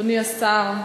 אדוני השר,